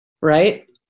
Right